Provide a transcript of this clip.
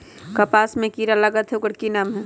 कपास में जे किरा लागत है ओकर कि नाम है?